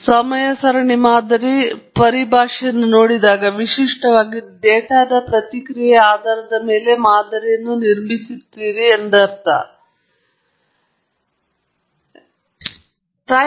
ಆದ್ದರಿಂದ ಸಮಯ ಸರಣಿ ಮಾದರಿ ನೀವು ಪರಿಭಾಷೆಯನ್ನು ನೋಡಿದಾಗ ವಿಶಿಷ್ಟವಾಗಿ ನೀವು ಡೇಟಾದ ಪ್ರತಿಕ್ರಿಯೆಯ ಆಧಾರದ ಮೇಲೆ ಮಾದರಿಯನ್ನು ನಿರ್ಮಿಸುತ್ತೀರಿ ಎಂದರ್ಥ ಆದರೆ ಹೆಚ್ಚಿನ ಜನರು ಅದನ್ನು ದೊಡ್ಡ ಅರ್ಥದಲ್ಲಿ ಬಳಸುತ್ತಾರೆ